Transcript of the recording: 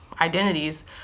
identities